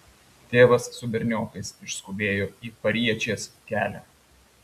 tėvas su berniokais išskubėjo į pariečės kelią